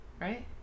Right